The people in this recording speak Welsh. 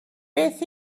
beth